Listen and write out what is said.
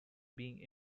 being